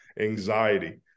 anxiety